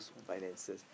finances